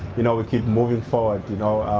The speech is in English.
you know we keep moving forward, you know.